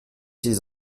six